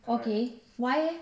okay why eh